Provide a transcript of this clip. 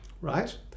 right